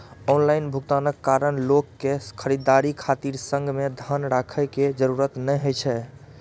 online भुगतानक कारण लोक कें खरीदारी खातिर संग मे धन राखै के जरूरत नै होइ छै